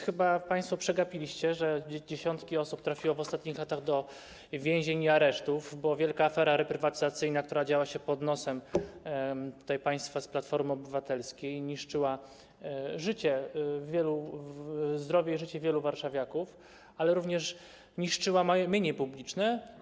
Chyba państwo przegapiliście to, że dziesiątki osób trafiło w ostatnich latach do więzień i aresztów, bo wielka afera reprywatyzacyjna, która działa się pod nosem państwa z Platformy Obywatelskiej, niszczyła zdrowie i życie wielu warszawiaków, ale również niszczyła mienie publiczne.